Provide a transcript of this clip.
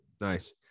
Nice